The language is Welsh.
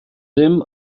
ddim